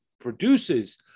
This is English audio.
produces